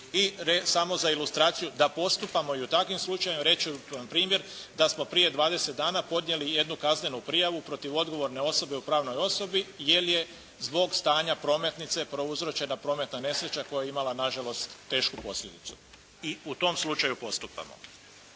I samo za ilustraciju, da postupamo i u takvim slučajevima reći ću vam primjer, da smo prije 20 dana podnijeli jednu kaznenu prijavu protiv odgovorne osobe u pravnoj osobi jer je zbog stanja prometnice prouzročena prometna nesreća koja je imala na žalost tešku posljedicu i u tom slučaju postupamo.